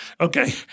Okay